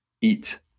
eat